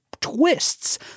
twists